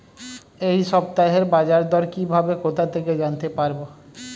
এই সপ্তাহের বাজারদর কিভাবে কোথা থেকে জানতে পারবো?